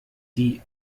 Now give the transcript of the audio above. die